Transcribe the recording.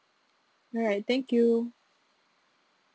alright thank you